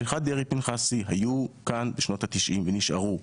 על הלכת דרעי-פנחסי היו כאן בשנות ה-90 ונשארו.